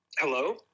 Hello